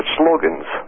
slogans